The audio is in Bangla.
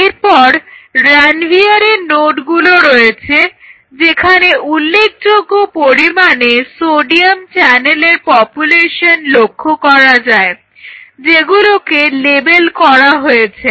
এরপর রেনভিয়ারের নোডগুলো রয়েছে যেখানে উল্লেখযোগ্য পরিমাণে সোডিয়াম চ্যানেলের পপুলেশন লক্ষ্য করা যায় যেগুলোকে লেবেল করা হয়েছে